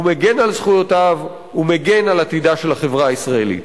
ומגן על זכויותיו ומגן על עתידה של החברה הישראלית.